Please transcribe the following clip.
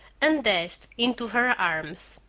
and dashed into her arms.